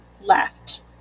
left